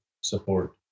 support